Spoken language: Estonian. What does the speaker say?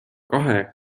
kahe